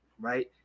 right